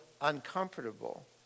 uncomfortable